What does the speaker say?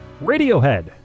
Radiohead